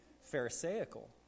pharisaical